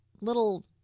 little